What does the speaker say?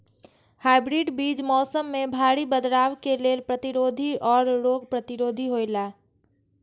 hybrid बीज मौसम में भारी बदलाव के लेल प्रतिरोधी और रोग प्रतिरोधी हौला